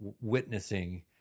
witnessing